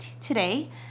today